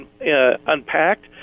unpacked